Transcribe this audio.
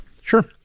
Sure